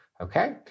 Okay